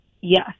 Yes